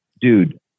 dude